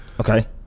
Okay